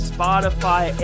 Spotify